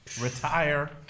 retire